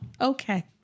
okay